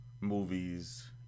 movies